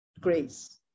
grace